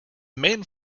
main